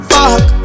Fuck